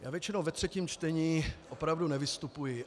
Já většinou ve třetím čtení opravdu nevystupuji.